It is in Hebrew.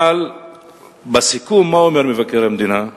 אבל בסיכום, מה אומר מבקר המדינה?